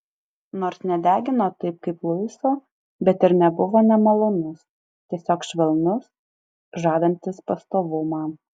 nors nedegino taip kaip luiso bet ir nebuvo nemalonus tiesiog švelnus žadantis pastovumą